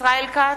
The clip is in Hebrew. ישראל כץ,